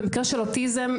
במקרה של אוטיזם,